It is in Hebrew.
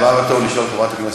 זה קורה כל פעם.